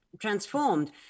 transformed